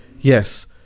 yes